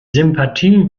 sympathien